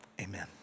amen